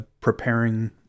preparing